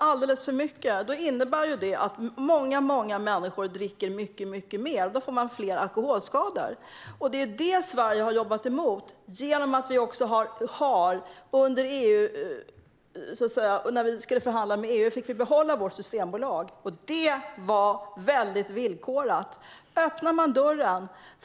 Släpper vi för mycket på kranarna kommer många människor dricka mycket mer, och då får vi fler alkoholskador. Detta har Sverige jobbat mot, och vi lyckades behålla vårt systembolag i förhandlingarna med EU.